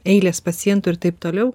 eilės pacientų ir taip toliau